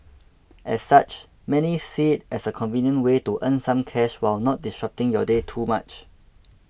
as such many see it as a convenient way to earn some cash while not disrupting your day too much